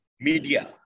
media